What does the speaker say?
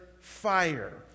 fire